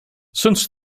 since